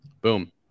boom